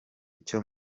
cyo